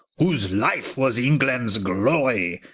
whose life was englands glory,